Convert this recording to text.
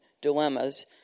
dilemmas